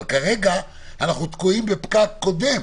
כרגע אנחנו תקועים בפקק קודם.